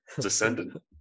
descendant